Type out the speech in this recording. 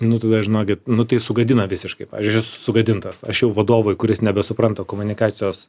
nu tada žinokit nu tai sugadina visiškai aš esu sugadintas aš jau vadovui kuris nebesupranta komunikacijos